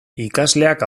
ikasleak